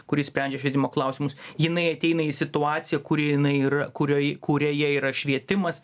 kuri sprendžia švietimo klausimus jinai ateina į situaciją kuri jinai yra kurioj kurioje yra švietimas